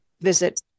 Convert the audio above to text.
visit